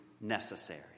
necessary